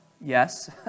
yes